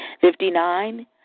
Fifty-nine